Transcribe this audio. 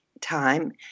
time